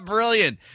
Brilliant